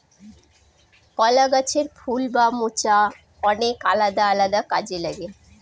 কলা গাছের ফুল বা মোচা অনেক আলাদা আলাদা কাজে লাগে